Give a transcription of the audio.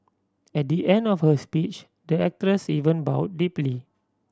at the end of her speech the actress even bow deeply